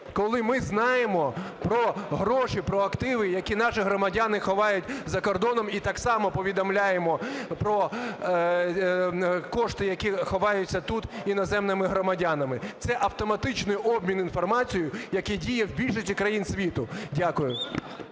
коли ми знаємо про гроші, про активи, які наші громадяни ховають за кордоном, і так само повідомляємо про кошти, які ховаються тут іноземними громадянами. Це автоматичний обмін інформацією, який діє в більшості країн світу. Дякую.